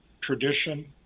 tradition